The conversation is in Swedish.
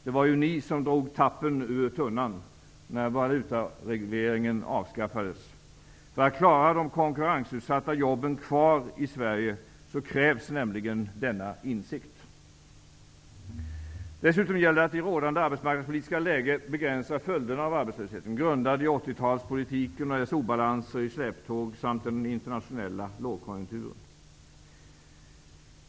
Det var ju ni som ''drog tappen ur tunnan'' när valutaregleringen avskaffades. För att klara av att hålla de konkurrensutsatta jobben kvar i Sverige krävs nämligen denna insikt. Dessutom gäller det att i rådande arbetsmarknadspolitiska läge begränsa följderna av arbetslösheten, grundad i 80-talspolitiken med sitt släptåg av obalanser samt på grund av den internationella lågkonjunkturen.